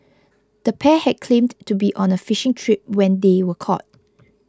the pair had claimed to be on a fishing trip when they were caught